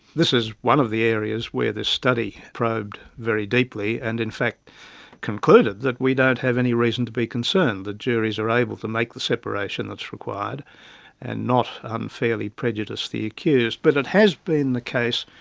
this is one of the areas where this study probed very deeply and in fact concluded that we don't have any reason to be concerned, that juries are able to make the separation that's required and not unfairly prejudice the accused. but it has been the case,